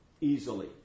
easily